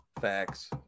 facts